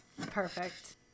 perfect